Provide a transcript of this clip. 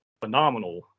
phenomenal